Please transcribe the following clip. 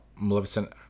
Maleficent